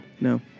No